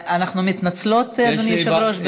אנחנו מתנצלות, אדוני היושב-ראש.